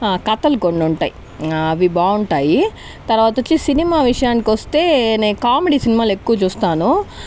కథలు కొన్ని ఉంటాయి అవి బాగుంటాయి తర్వాత వచ్చేసి సినిమా విషయానికొస్తే నేను కామెడీ సినిమాలు ఎక్కువ చూస్తాను